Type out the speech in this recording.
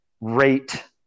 rate